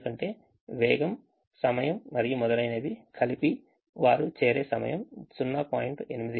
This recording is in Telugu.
ఎందుకంటే వేగం సమయం మరియు మొదలైనవి కలిపి వారు చేరే సమయం 0